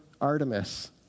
Artemis